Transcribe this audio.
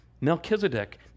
Melchizedek